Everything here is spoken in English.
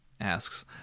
asks